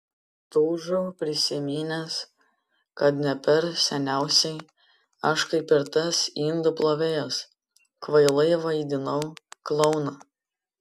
tūžau prisiminęs kad ne per seniausiai aš kaip ir tas indų plovėjas kvailai vaidinau klouną